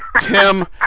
Tim